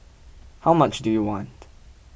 how much do you want